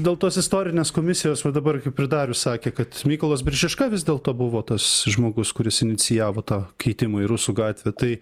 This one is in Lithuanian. dėl tos istorinės komisijos va dabar kaip ir darius sakė kad mykolas biržiška vis dėlto buvo tas žmogus kuris inicijavo tą keitimą į rusų gatvę tai